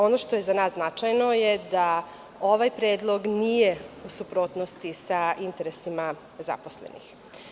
Ono što je za nas značajno je da ovaj predlog nije u suprotnosti sa interesima zaposlenih.